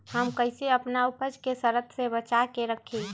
हम कईसे अपना उपज के सरद से बचा के रखी?